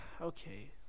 Okay